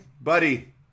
Buddy